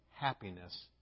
happiness